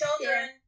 children